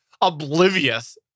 oblivious